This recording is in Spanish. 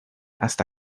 hasta